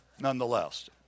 nonetheless